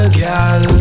girl